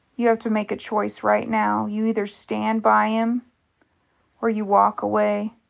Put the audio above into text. you have to make a choice right now. you either stand by him or you walk away.